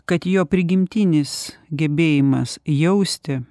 kad jo prigimtinis gebėjimas jausti